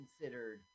considered